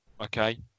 Okay